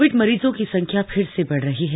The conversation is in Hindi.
कोविड मरीजों की संख्या फिर से बढ़ रही है